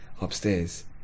upstairs